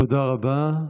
תודה רבה.